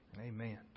amen